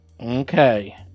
Okay